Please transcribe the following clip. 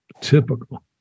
typical